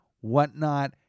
whatnot